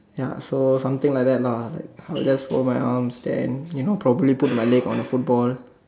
ya so something like that lah like I'll just fold my arms then you know probably put my leg on a football